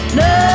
no